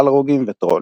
באלרוגים וטרולים.